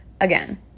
again